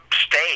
stay